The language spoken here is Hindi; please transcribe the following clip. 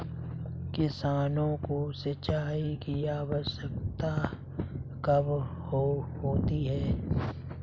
किसानों को सिंचाई की आवश्यकता कब होती है?